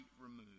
removed